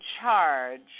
charge